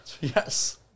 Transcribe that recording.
Yes